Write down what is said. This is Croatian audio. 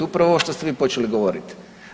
Upravo ovo što ste vi počeli govoriti.